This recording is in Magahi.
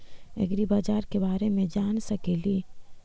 ऐग्रिबाजार के बारे मे जान सकेली?